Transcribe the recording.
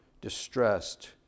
distressed